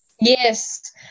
yes